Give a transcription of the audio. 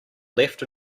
left